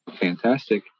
Fantastic